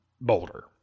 Boulder